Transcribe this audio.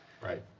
Right